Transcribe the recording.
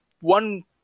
one